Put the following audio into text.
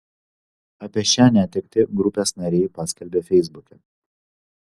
apie šią netektį grupės nariai paskelbė feisbuke